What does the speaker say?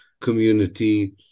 community